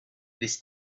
this